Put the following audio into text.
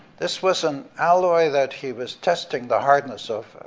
this was an alloy that he was testing the hardness of.